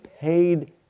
paid